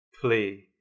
play